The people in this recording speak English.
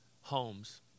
homes